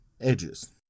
edges